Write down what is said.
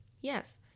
yes